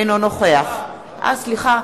אינו נוכח בעד.